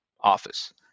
office